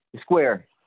Square